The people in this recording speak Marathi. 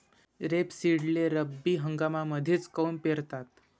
रेपसीडले रब्बी हंगामामंदीच काऊन पेरतात?